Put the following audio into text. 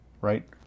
right